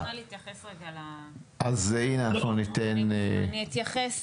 אני אתייחס